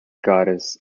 goddess